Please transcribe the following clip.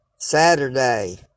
Saturday